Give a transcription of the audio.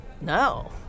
No